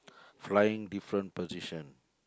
flying different position